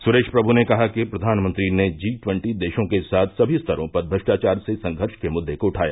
सुरेश प्रमु ने कहा कि प्रधानमंत्री ने जी ट्वन्टी देशों के साथ सभी स्तरों पर भ्रष्टाचार से संघर्ष के मुद्दे को उठाया